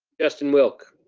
justin wilk.